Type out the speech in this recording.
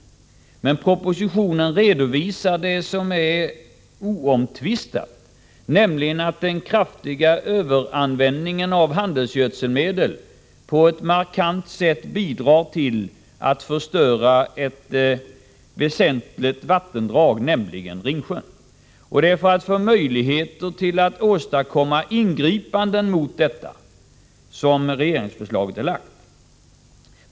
Propositionen redovisar det som är oomtvistat, nämligen att den kraftiga överanvändningen av handelsgödselmedel på ett markant sätt bidrar till att förstöra Ringsjön. Det är för att få möjligheter att ingripa mot detta som regeringens förslag är framlagt.